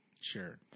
Sure